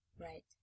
Right